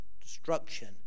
destruction